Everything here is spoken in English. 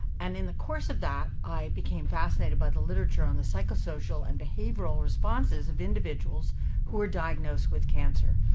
and in the course of that, i became fascinated by the literature on the psychosocial and behavioral responses of individuals who were diagnosed with cancer.